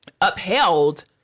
upheld